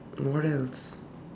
what else